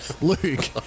Luke